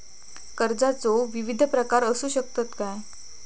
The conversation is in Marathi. कर्जाचो विविध प्रकार असु शकतत काय?